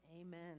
Amen